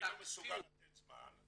אני לא מסוגל לתת זמן,